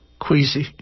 queasy